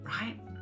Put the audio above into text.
Right